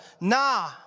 nah